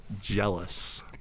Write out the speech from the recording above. Jealous